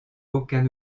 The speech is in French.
aucun